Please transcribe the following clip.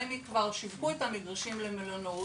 רמ"י כבר שיווקו את המגרשים למלונאות,